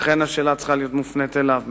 ולכן השאלה צריכה להיות מופנית אליו.